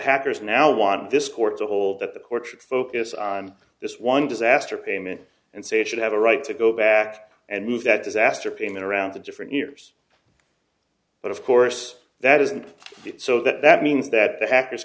hackers now want this court to hold that the courts should focus on this one disaster payment and say should have a right to go back and move that disaster payment around to different years but of course that isn't so that means that the ha